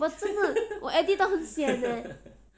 but 真的我 edit 到很 sian eh